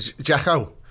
Jacko